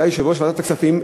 שהיה יושב-ראש ועדת הכספים,